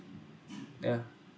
yeah